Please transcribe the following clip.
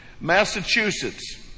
Massachusetts